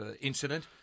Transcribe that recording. incident